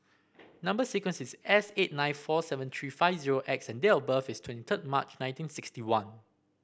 number sequence is S eight nine four seven three five zero X and date of birth is twenty third March nineteen sixty one